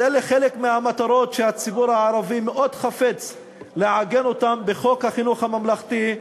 אז אלה חלק מהמטרות שהציבור הערבי מאוד חפץ לעגן בחוק חינוך ממלכתי,